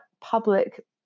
public